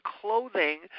clothing